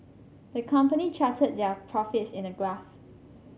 the company charted their profits in a graph